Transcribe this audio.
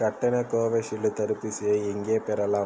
கட்டண கோவிஷீல்டு தடுப்பூசியை எங்கே பெறலாம்